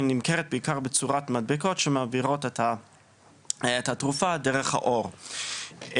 היא נמכרת בעיקר בצורת מדבקות שמעבירות את התרופה דרך העור ואכן,